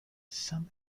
some